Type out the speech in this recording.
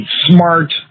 smart